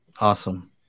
Awesome